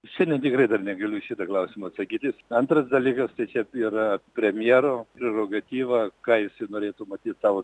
šiandien tikrai dar negaliu į šitą klausimą atsakyti jis antras dalykas tai čia yra premjero prerogatyva ką jisai norėtų matyti savo